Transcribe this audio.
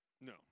No